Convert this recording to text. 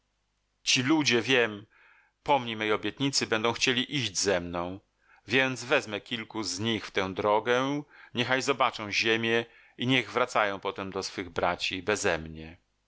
ci ludzie wiem pomni mej obietnicy będą chcieli iść ze mną więc wezmę kilku z nich w tę drogę niechaj zobaczą ziemię i niech wracają potem do swych braci